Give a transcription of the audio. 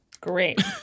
Great